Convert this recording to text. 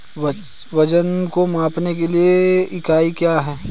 वजन को मापने के लिए इकाई क्या है?